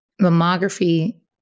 mammography